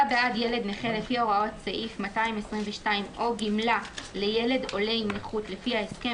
לפי הוראות סעיף 222 או גמלה לילד עולה עם נכות לפי ההסכם